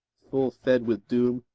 full-fed with doom,